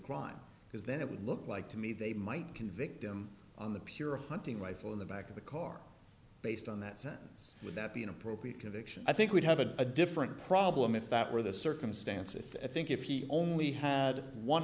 crime because then it would look like to me they might convict him on the pure hunting rifle in the back of the car based on that sentence would that be an appropriate conviction i think we'd have a different problem if that were the circumstances i think if he only had one